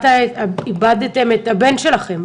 שאיבדתם את הבן שלכם.